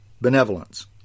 benevolence